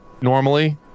normally